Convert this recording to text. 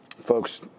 Folks